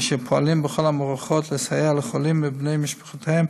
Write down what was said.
אשר פועלים בכל המערכות לסייע לחולים ולבני משפחותיהם